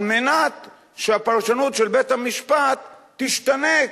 על מנת שהפרשנות של בית-המשפט תשתנה.